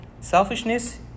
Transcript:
Selfishness